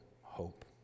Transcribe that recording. hope